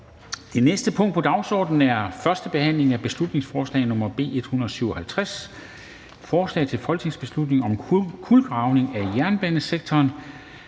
Det næste punkt på dagsordenen er: 11) 1. behandling af beslutningsforslag nr. B 157: Forslag til folketingsbeslutning om kulegravning af jernbanesektoren.